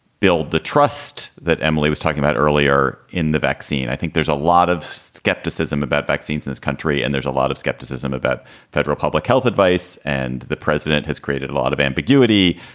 build the trust that emily was talking about earlier in the vaccine? i think there's a lot of skepticism about vaccines in this country and there's a lot of skepticism about federal public health advice. and the president has created a lot of ambiguity.